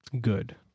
good